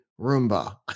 Roomba